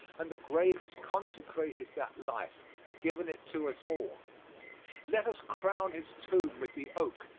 and the grave has consecrated that life and given it to us all let us crown his tomb with the oak,